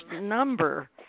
number